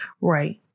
Right